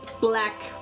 black